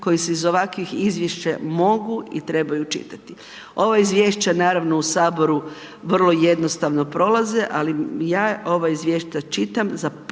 koji se iz ovakvih izvješća mogu i trebaju čitati. Ova izvješća, naravno, u HS vrlo jednostavno prolaze, ali ja ova izvješća čitam kao podlogu